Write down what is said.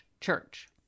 church